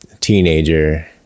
teenager